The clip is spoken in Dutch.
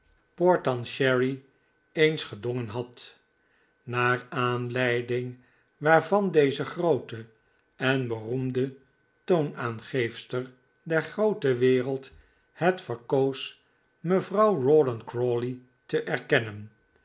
graaf portansherry eens gedongen had naar aanleiding waarvan deze groote en beroemde toonaangeefster der groote wereld het verkoos mevrouw rawdon crawley te erkennen